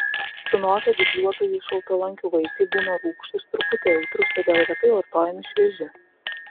sunokę dygliuotųjų šaltalankių vaisiai būna rūgštūs truputį aitrūs todėl retai vartojami švieži